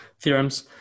theorems